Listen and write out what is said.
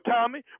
Tommy